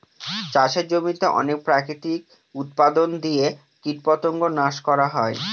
চাষের জমিতে অনেক প্রাকৃতিক উপাদান দিয়ে কীটপতঙ্গ নাশ করা হয়